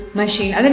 machine